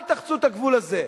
אל תחצו את הגבול הזה.